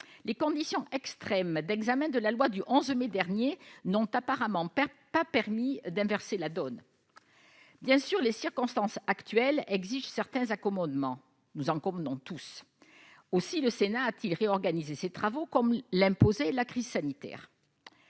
Les conditions extrêmes d'examen de la loi du 11 mai dernier n'ont apparemment pas permis d'inverser la donne. Bien sûr, les circonstances actuelles exigent certains accommodements. Nous en convenons tous. Aussi le Sénat a-t-il réorganisé ses travaux comme l'imposait la crise sanitaire,